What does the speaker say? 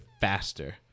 faster